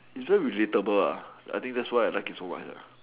it's very relatable I think that's why I like it so much